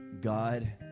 god